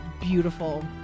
beautiful